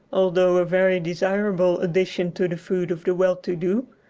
although a very desirable addition to the food of the well-to-do,